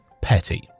petty